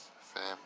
family